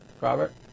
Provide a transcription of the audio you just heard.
Robert